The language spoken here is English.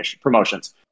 promotions